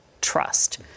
trust